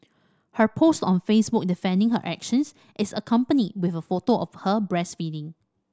her post on Facebook defending her actions is accompanied with a photo of her breastfeeding